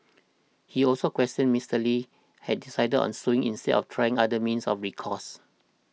he also questioned Mister Lee had decided on suing instead of trying other means of recourse